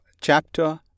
chapter